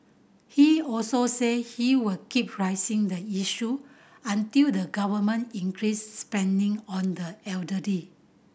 he also said he would keep raising the issue until the Government increased spending on the elderly